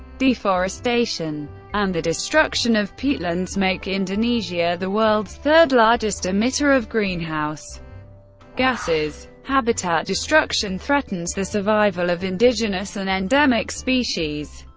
deforestation and the destruction of peatlands make indonesia the world's third largest emitter of greenhouse gases. habitat destruction threatens the survival of indigenous and endemic species,